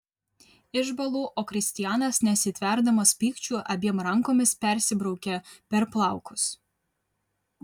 išbąlu o kristianas nesitverdamas pykčiu abiem rankomis persibraukia per plaukus